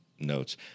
notes